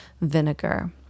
vinegar